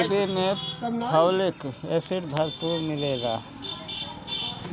kiwi में folic acid भरपूर मिलेला